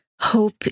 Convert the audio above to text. hope